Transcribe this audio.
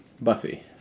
Bussy